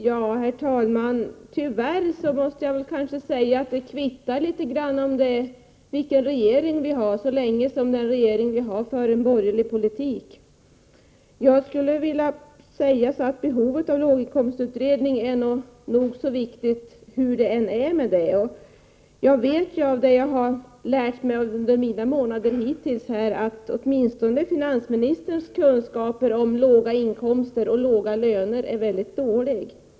Herr talman! Tyvärr måste jag kanske säga att det kvittar litet grand vilken regering vi har, så länge den regering vi har för en borgerlig politik. Hur det än är med den saken finns det ett stort behov av en låginkomstutredning. Under mina månader här i riksdagen har jag lärt mig att åtminstone finansministerns kunskaper om låga inkomster är mycket dåliga.